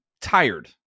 tired